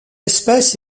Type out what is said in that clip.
espèce